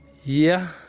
yeah,